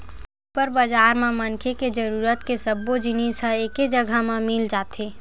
super बजार म मनखे के जरूरत के सब्बो जिनिस ह एके जघा म मिल जाथे